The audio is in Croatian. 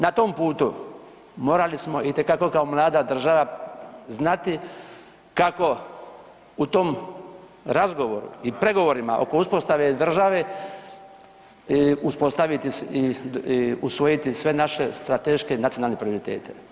Na tom putu morali smo itekako kao mlada država znati kako u tom razgovoru i pregovorima oko uspostave države uspostaviti i usvojiti sve naše strateške nacionalne prioritete.